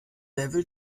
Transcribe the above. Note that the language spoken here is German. level